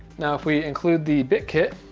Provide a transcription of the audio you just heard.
now, if we include the bit kit,